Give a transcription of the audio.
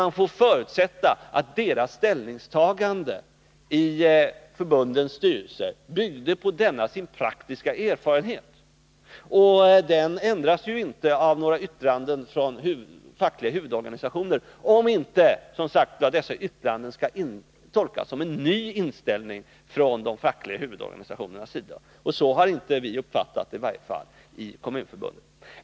Man får förutsätta att dessa ledamöters ställningstagande i de båda förbundens styrelser byggde på sådan praktisk erfarenhet och inte ändras av några yttranden från fackliga huvudorganisationer — om inte dessa yttranden skall tolkas som uttryck för en ny inställning från de fackliga huvudorganisationernas sida. Så har vi i varje fall inte uppfattat det i Kommunförbundet.